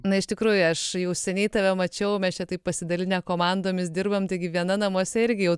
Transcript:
na iš tikrųjų aš jau seniai tave mačiau mes čia taip pasidalinę komandomis dirbam taigi viena namuose irgi jau